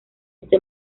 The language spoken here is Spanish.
este